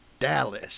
dallas